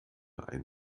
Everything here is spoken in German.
ein